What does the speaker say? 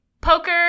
poker